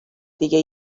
دیگه